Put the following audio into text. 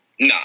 No